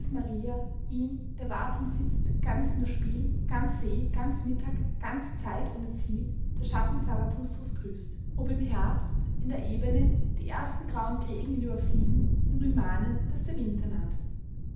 der wartend sitzt ganz nur spiel ganz see ganz mittag ganz zeit ohne ziel der schatten zarathustras grüßt ob im herbst in der ebene die ersten grauen krähen ihn überfliegen und ihn mahnen daß der winter